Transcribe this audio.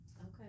Okay